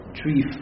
tree